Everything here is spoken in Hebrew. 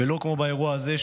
ולא כמו באירוע הזה,